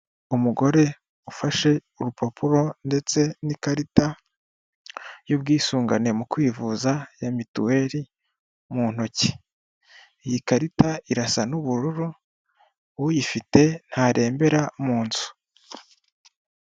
Umugore ufashe urupapuro ndetse n'ikarita y'ubwisungane mu kwivuza ya mituweri mu ntoki, iyi karita irasa n'ubururu uyifite ntarembera mu nzu.